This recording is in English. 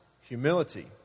humility